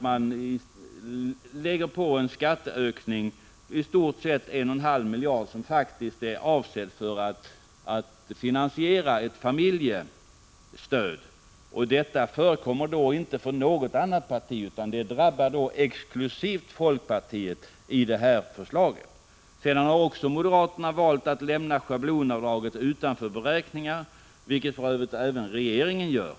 Det innebär en skatteökning på i stort sett 1,5 miljarder som faktiskt är avsedd för att finansiera ett familjestöd. Detta gäller inte något annat parti. Som förslaget ser ut drabbar det exklusivt folkpartiet. Moderaterna har också valt att lämna schablonavdraget utanför beräkningarna, vilket för övrigt även regeringen gör.